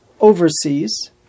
overseas